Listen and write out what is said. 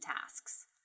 tasks